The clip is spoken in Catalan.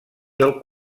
del